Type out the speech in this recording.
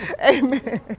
Amen